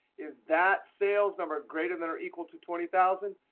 is that sales number greater than or equal to twenty thousand